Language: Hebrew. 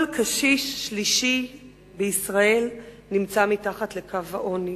כל קשיש שלישי במדינת ישראל נמצא מתחת לקו העוני.